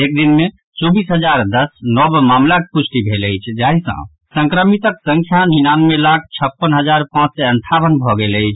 एक दिन मे चौबीस हजार दस नव मामिलाक पुष्टि भेल अछि जाहि सँ संक्रमितक संख्या निन्यानवे लाख छप्पन हजार पांच सँ अंठावन भऽ गेल अछि